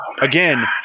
again